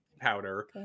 powder